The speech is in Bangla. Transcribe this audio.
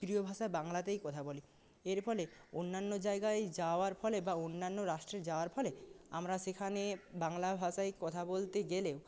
প্রিয় ভাষা বাংলাতেই কথা বলি এর ফলে অন্যান্য জায়গায় যাওয়ার ফলে বা অন্যান্য রাষ্ট্রে যাওয়ার ফলে আমরা সেখানে বাংলা ভাষায় কথা বলতে গেলেও